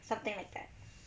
something like that